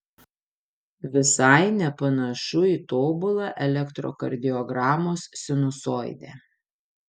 visai nepanašu į tobulą elektrokardiogramos sinusoidę